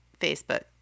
Facebook